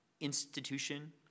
institution